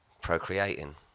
procreating